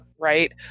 Right